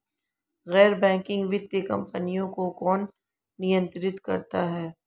गैर बैंकिंग वित्तीय कंपनियों को कौन नियंत्रित करता है?